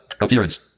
Appearance